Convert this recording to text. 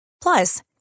Plus